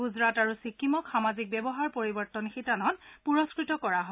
গুজৰাট আৰু ছিক্বিমক সামাজিক ব্যৱহাৰ পৰিৱৰ্তনৰ শিতানত পূৰস্থত কৰা হয়